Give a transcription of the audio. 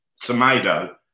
Tomato